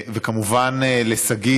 וכמובן לשגית,